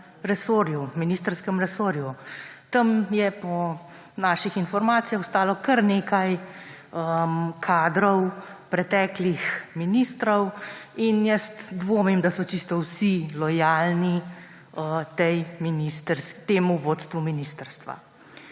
resorju, ministrskem resorju. Tam je po naših informacijah ostalo kar nekaj kadrov preteklih ministrov in jaz dvomim, da so čisto vsi lojalni temu vodstvu ministrstva.